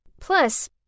Plus